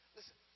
Listen